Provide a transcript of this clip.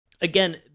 again